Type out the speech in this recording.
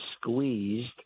squeezed